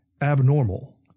abnormal